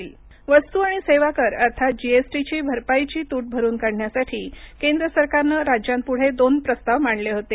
Sitharaman GST वस्तू आणि सेवा कर अर्थात जीएसटीची भरपाईची तूट भरून काढण्यासाठी केंद्र सरकारनं राज्यांपुढे दोन प्रस्ताव मांडले होते